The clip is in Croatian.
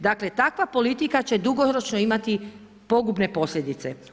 Dakle takva politika će dugoročno imati pogubne posljedice.